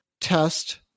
test